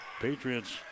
Patriots